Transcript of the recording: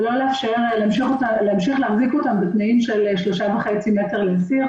ולא להמשיך להחזיק אותה בתנאים של 3.5 מטר לאסיר,